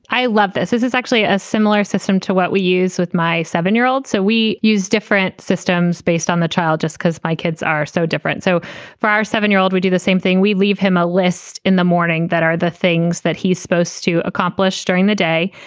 i love this. this is actually a similar system to what we use with my seven year old. so we use different systems based on the child just because my kids are so different. so for our seven year old, we do the same thing. we leave him a list in the morning that are the things that he's supposed to accomplish during the day.